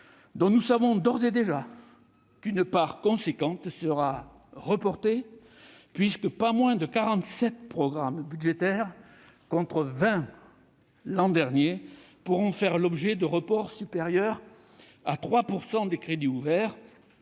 nous savons, d'ores et déjà, qu'une part considérable sera reportée, puisque pas moins de 47 programmes budgétaires, contre 20 l'an dernier, pourront faire l'objet de reports supérieurs à 3 % des crédits ouverts,